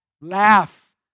Laugh